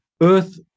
Earth